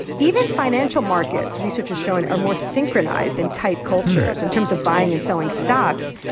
even financial markets, research is showing, are more synchronized in tight cultures in terms of buying and selling stocks.